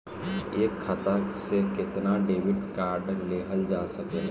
एक खाता से केतना डेबिट कार्ड लेहल जा सकेला?